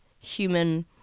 human